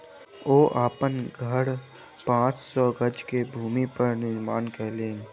ओ अपन घर पांच सौ गज के भूमि पर निर्माण केलैन